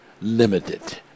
limited